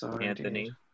anthony